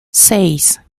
seis